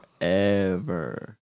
forever